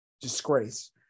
disgrace